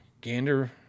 gander